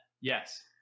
Yes